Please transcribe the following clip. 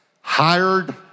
Hired